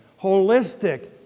Holistic